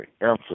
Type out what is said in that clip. Answer